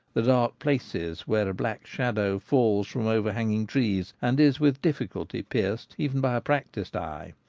the dark places where a black shadow falls from overhanging trees and is with diffi culty pierced even by a practised eye.